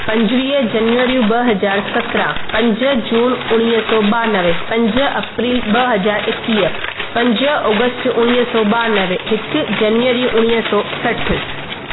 पंजुवीह जनवरियूं ॿ हजार सत्रहं पंज जून उणवीह सौ ॿियानवे पंज अप्रेल ॿ हज़ार एकवीह पंज ऑगस्त उणिवीह सौ ॿियानवे हिकु जनवरी उणिवीह सौ सठि